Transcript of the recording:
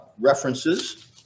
references